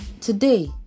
Today